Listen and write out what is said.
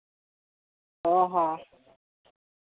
ᱚᱸᱻ ᱦᱚᱸ